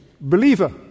believer